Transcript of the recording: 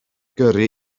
gyrru